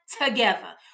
together